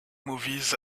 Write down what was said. movies